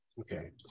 Okay